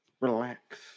relax